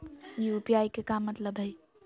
UPI के का मतलब हई?